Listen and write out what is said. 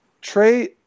Trey